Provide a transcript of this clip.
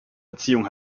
erziehung